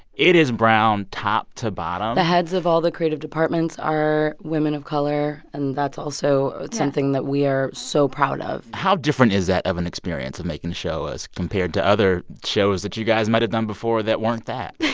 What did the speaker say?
it is brown top to bottom the heads of all the creative departments are women of color, and that's also something that we are so proud of how different is that of an experience of making the show as compared to other shows that you guys might've done before that weren't that?